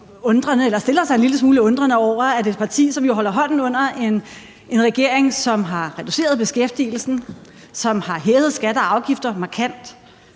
stiller sig sådan en lille smule undrende over for, at et parti, som jo holder hånden under en regering, som har reduceret beskæftigelsen, og som har hævet skatter og afgifter markant,